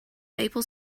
maple